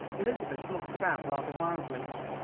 elizabeth looked about rather wildly,